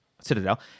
Citadel